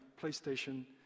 PlayStation